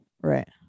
Right